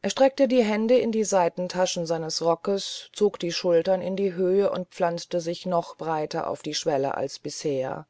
er steckte die hände in die seitentaschen seines rockes zog die schultern in die höhe und pflanzte sich noch breiter auf die schwelle als bisher